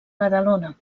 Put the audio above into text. badalona